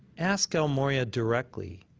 ask el morya directly.